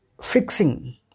fixing